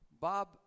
Bob